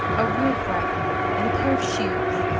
a real bright one, and a pair of shoes,